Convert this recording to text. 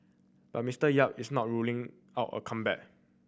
but Mister Yap is not ruling out a comeback